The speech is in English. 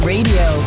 Radio